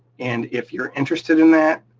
and if you're interested in that,